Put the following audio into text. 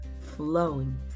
flowing